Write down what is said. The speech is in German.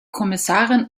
kommissarin